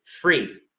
free